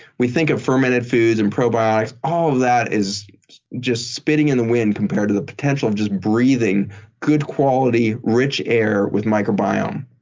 we think of fermented foods and probiotics. all of that is just spitting in the wind compared to the potential of just breathing good quality rich air with microbiome.